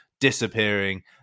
disappearing